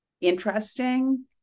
interesting